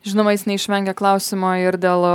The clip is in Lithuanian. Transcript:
žinoma jis neišvengė klausimo ir dėl